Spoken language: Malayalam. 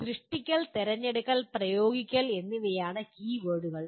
സൃഷ്ടിക്കൽ തിരഞ്ഞെടുക്കൽ പ്രയോഗിക്കൽ എന്നിവയാണ് കീവേഡുകൾ